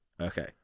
Okay